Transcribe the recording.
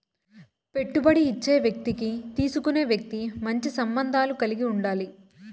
పెట్టుబడి ఇచ్చే వ్యక్తికి తీసుకునే వ్యక్తి మంచి సంబంధాలు కలిగి ఉండాలి